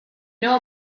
know